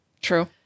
true